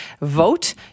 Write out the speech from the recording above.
vote